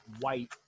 white